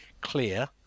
clear